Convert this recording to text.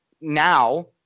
now